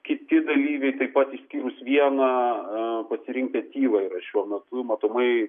kiti dalyviai taip pat išskyrus vieną pasirinkę tylą šiuo metu matomai